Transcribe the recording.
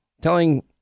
Telling